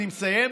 אני מסיים.